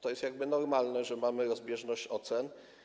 To jest normalne, że mamy rozbieżność ocen.